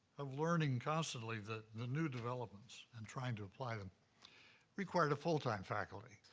of learning constantly the the new developments and trying to apply them required a full-time faculty.